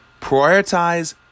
Prioritize